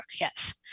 Yes